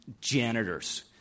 janitors